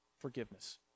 forgiveness